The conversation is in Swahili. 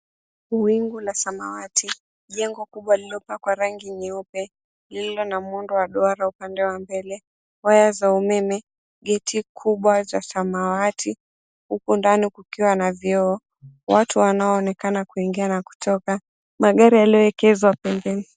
Wingu la samawati, jengo kubwa lililopakwa rangi nyeupe lillilo na muundo ya duara upande wa mbele, waya za umeme, geti kubwa za samawati huku ndani kukiwa na vioo watu wanaoonekana kuingia na kutoka, magari yalioekezwa pembeni.